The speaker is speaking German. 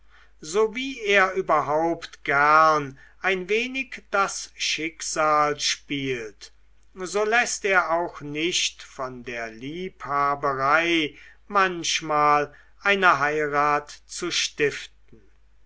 so wie er überhaupt gern ein wenig das schicksal spielt so läßt er auch nicht von der liebhaberei manchmal eine heirat zu stiften